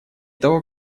того